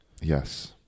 yes